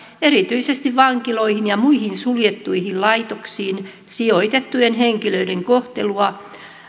erityisesti vankiloihin ja muihin suljettuihin laitoksiin sijoitettujen henkilöiden kohtelua